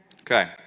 Okay